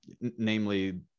namely